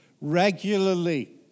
regularly